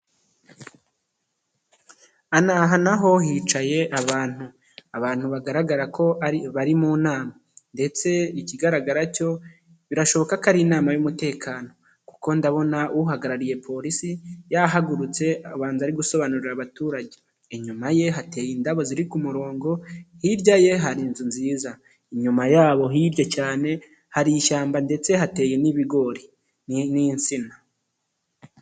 Aha naho hicaye abantu, abantu bagaragara ko bari mu nama, ndetse ikigaragara cyo birashoboka ko ari inama y'umutekano, kuko ndabona uhagarariye polisi yahagurutse, ubanza ari gusobanurira abaturage, inyuma ye hateye indabo ziri ku murongo, hirya ye hari inzu nziza inyuma yabo, hirya cyane hari ishyamba, ndetse hateye n'ibigori n'insina.